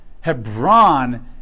Hebron